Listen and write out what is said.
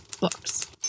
books